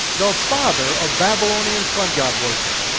the father of babylonian sun-god worship.